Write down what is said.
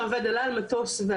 אין לנו דרך להשיג אותו,